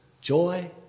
joy